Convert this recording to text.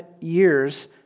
years